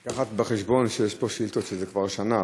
צריך לקחת בחשבון שיש פה שאילתות שזה כבר שנה,